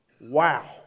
Wow